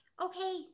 Okay